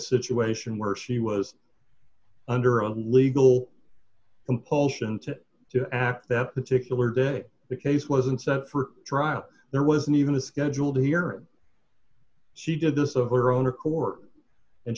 situation where she was under a legal compulsion to do act that particular day the case wasn't set for trial there wasn't even a scheduled here she did disappear owner court and